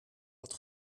wat